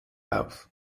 auf